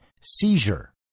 seizure